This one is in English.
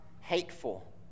hateful